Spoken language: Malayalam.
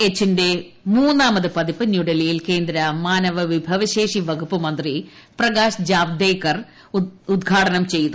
എച്ച് ന്റെ മൂന്നാമത് പതിപ്പ് ന്യൂഡൽഹിയിൽ കേന്ദ്ര മാനവവിഭവശേഷി വകുപ്പ് മന്ത്രി പ്രകാശ് ജാവ്ദേക്കർ ഇന്ന് ഉദ്ഘാടനം ചെയ്തു